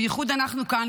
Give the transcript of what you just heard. בייחוד אנחנו כאן,